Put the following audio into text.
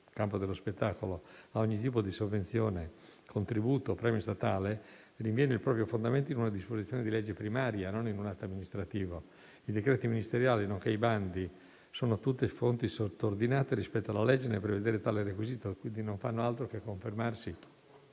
dello spettacolo, a ogni tipo di sovvenzione, contributo o premio statale, rinviene il proprio fondamento in una disposizione di legge primaria, e non in un atto amministrativo. I decreti ministeriali nonché i bandi sono tutte fonti sottordinate rispetto alla legge nel prevedere tale requisito e, quindi, non fanno altro che conformarsi